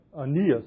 Aeneas